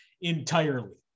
entirely